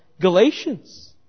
Galatians